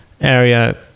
area